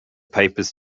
papers